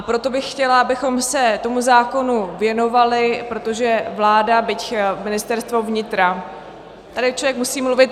Proto bych chtěla, abychom se tomu zákonu věnovali, protože vláda, byť Ministerstvo vnitra tady člověk musí mluvit